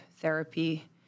therapy